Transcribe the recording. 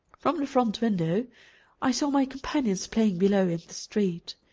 from the front window i saw my companions playing below in the street.